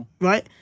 right